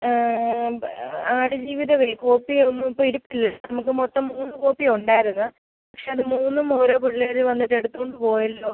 ആടുജീവിതമേ കോപ്പിയൊന്നും ഇപ്പോൾ ഇരിപ്പില്ല നമുക്ക് മൊത്തം മൂന്ന് കോപ്പിയുണ്ടായിരുന്ന് പക്ഷേ അത് മൂന്നും ഓരോ പിള്ളേര് വന്നിട്ട് എടുത്തോണ്ട് പോയല്ലോ